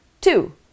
two